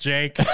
Jake